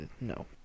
no